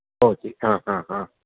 भवति आम् आम् आम्